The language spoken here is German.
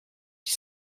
die